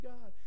God